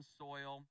soil